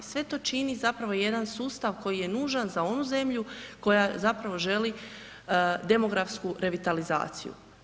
Sve to čini zapravo jedan sustav koji nužan za onu zemlju koja zapravo želi demografsku revitalizaciju.